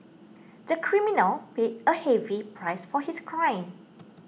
the criminal paid a heavy price for his crime